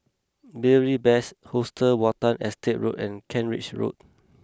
Beary Best Hostel Watten Estate Road and Kent Ridge Road